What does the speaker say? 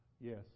Yes